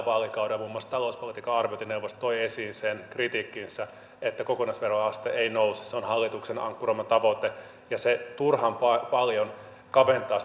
vaalikaudella muun muassa talouspolitiikan arviointineuvosto toi esiin sen kritiikkinsä että kokonaisveroaste ei nouse se on hallituksen ankkuroima tavoite ja se turhan paljon kaventaa